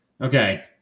Okay